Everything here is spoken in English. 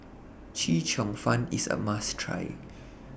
Chee Cheong Fun IS A must Try